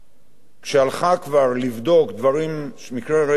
שהלכה כבר לבדוק דברים, מקרי רצח של נשים,